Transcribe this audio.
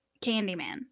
Candyman